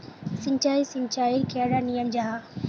सिंचाई सिंचाईर कैडा नियम जाहा?